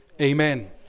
amen